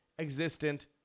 existent